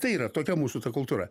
tai yra tokia mūsų ta kultūra